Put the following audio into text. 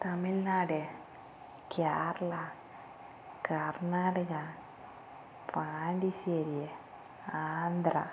Tamil Nadu Kerala Karnataka Pondicherry Andhra